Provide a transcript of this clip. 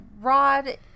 rod